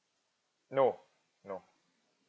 no no